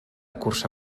cursa